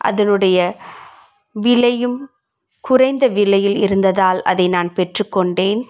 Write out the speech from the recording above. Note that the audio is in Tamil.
அதுவுடைய விலையும் குறைந்த விலையில் இருந்ததால் அதை நான் பெற்று கொண்டேன்